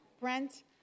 Brent